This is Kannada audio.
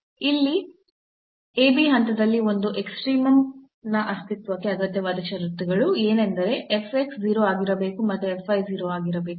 ಇಲ್ಲಿ a b ಹಂತದಲ್ಲಿ ಒಂದು ಎಕ್ಸ್ಟ್ರೀಮಮ್ನ ಅಸ್ತಿತ್ವಕ್ಕೆ ಅಗತ್ಯವಾದ ಷರತ್ತುಗಳು ಏನೆಂದರೆ 0 ಆಗಿರಬೇಕು ಮತ್ತು 0 ಆಗಿರಬೇಕು